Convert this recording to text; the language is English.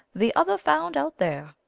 the other found out there.